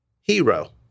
hero